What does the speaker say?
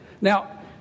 Now